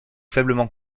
faiblement